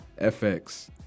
FX